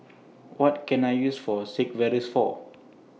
What Can I use For Sigvaris For